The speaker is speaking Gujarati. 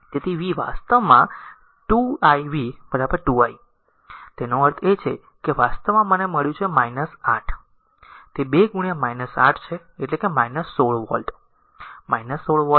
તેથી v વાસ્તવમાં 2 i v 2 i તેનો અર્થ એ છે કે વાસ્તવમાં મને મળ્યું 8 તે 2 8 છે એટલે કે 16 વોલ્ટ 16 વોલ્ટ